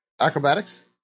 acrobatics